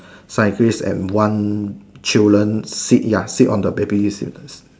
cyclist and one children sit ya sit on the baby seat